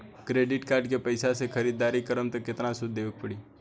Credit card के पैसा से ख़रीदारी करम त केतना सूद देवे के पड़ी?